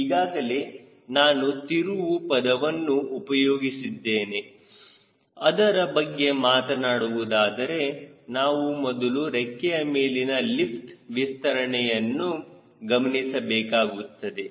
ಈಗಾಗಲೇ ನಾನು ತಿರುವು ಪದವನ್ನು ಉಪಯೋಗಿಸಿದ್ದೇನೆ ಅದರ ಬಗ್ಗೆ ಮಾತನಾಡುವುದಾದರೆ ನಾವು ಮೊದಲು ರೆಕ್ಕೆಯ ಮೇಲಿನ ಲಿಫ್ಟ್ ವಿಸ್ತರಣೆಯನ್ನು ಗಮನಿಸಬೇಕಾಗುತ್ತದೆ